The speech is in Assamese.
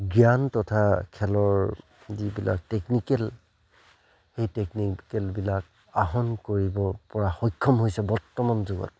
জ্ঞান তথা খেলৰ যিবিলাক টেকনিকেল সেই টেকনিকেলবিলাক আহৰণ কৰিবপৰা সক্ষম হৈছে বৰ্তমান যুগত